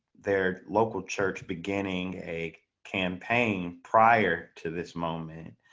their local church beginning a campaign prior to this moment.